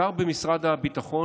שר במשרד הביטחון,